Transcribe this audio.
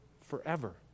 forever